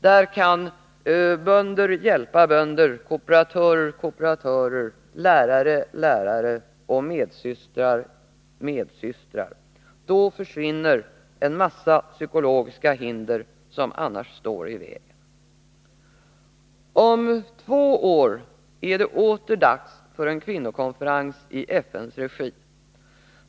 Där kan bönder hjälpa bönder, kooperatörer kooperatörer, lärare lärare och medsystrar medsystrar. Då försvinner en massa psykologiska hinder som annars står i vägen. Om två år är det åter dags för en kvinnokonferens i FN:s regi.